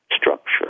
structure